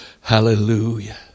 hallelujah